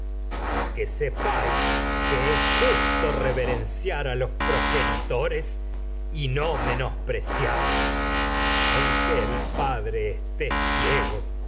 para que sepáis que es justo reverenciar a los progenitores y no menospre los hijos sean cual ciarlos aunque el padre esté ciego